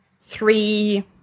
three